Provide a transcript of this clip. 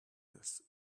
this